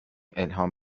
الهام